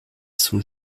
son